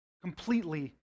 completely